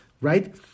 right